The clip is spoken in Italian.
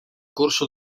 corso